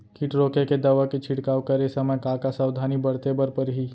किट रोके के दवा के छिड़काव करे समय, का का सावधानी बरते बर परही?